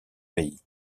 pays